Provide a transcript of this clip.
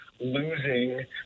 Losing